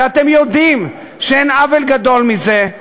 שאתם יודעים שאין עוול גדול מזה,